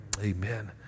amen